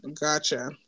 Gotcha